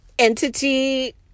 entity